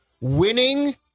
Winning